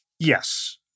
Yes